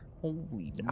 holy